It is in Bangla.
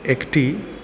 একটি